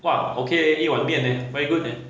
!wah! okay leh 一碗面 eh very good leh